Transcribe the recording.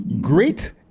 Great